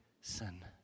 sin